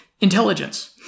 intelligence